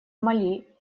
мали